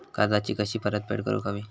कर्जाची कशी परतफेड करूक हवी?